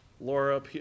Laura